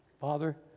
Father